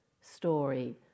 story